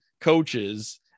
coaches